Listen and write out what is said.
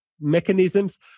mechanisms